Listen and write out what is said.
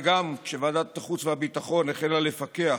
וגם כשוועדת החוץ והביטחון החלה לפקח